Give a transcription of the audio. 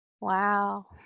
Wow